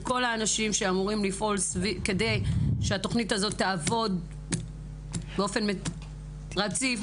כל האנשים שאמורים לפעול כדי שהתוכנית הזאת תעבוד באופן רציף,